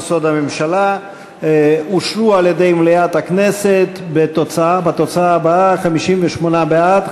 הממשלה אושרו על-ידי מליאת הכנסת בתוצאה שלהלן: 58 בעד,